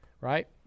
right